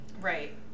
Right